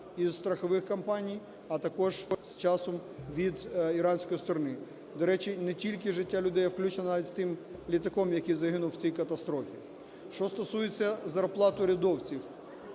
із страхових компаній, а також з часом від іранської сторони. До речі, не тільки життя людей, а включно навіть з тим літаком, який загинув в цій катастрофі. Що стосується зарплат урядовців.